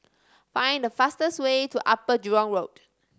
find the fastest way to Upper Jurong Road